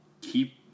keep